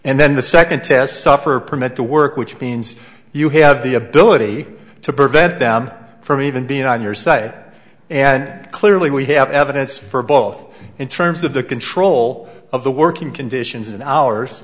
and then the second test suffer permit to work which means you have the ability to prevent them from even being on your side and clearly we have evidence for both in terms of the control of the working conditions and hours